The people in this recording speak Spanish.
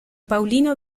paulino